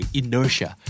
inertia